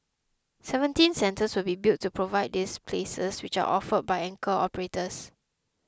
seventeen centres will be built to provide these places which are offered by anchor operators